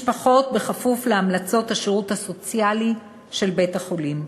משפחות בכפוף להמלצות השירות הסוציאלי של בית-החולים.